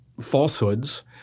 falsehoods